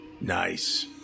Nice